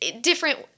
different